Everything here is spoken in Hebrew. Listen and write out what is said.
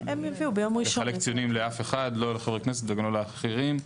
לחלק ציונים לאף אחד לא לחברי הכנסת וגם לא לאחרים.